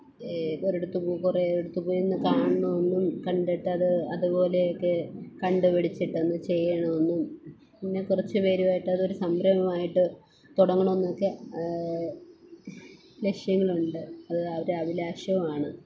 ഏതൊരിടത്ത് കുറേ ഇടത്ത് പോയി നിന്ന് കാണണമെന്നും കണ്ടിട്ട് അത് അതുപോലെ ഒക്കെ കണ്ട് പിടിച്ചിട്ടൊന്ന് ചെയ്യണമെന്നും പിന്നെ കുറച്ച് പേരുമായിട്ട് അതൊരു സംരംഭമായിട്ട് തുടങ്ങണമെന്നും ഒക്കെ ലക്ഷ്യങ്ങളുണ്ട് അത് ഒരു അഭിലാഷവും ആണ്